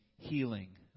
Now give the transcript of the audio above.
healing